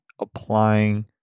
applying